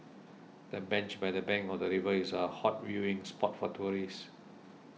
the bench by the bank of the river is a hot viewing spot for tourists